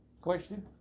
question